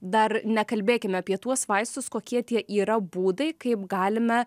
dar nekalbėkime apie tuos vaistus kokie tie yra būdai kaip galime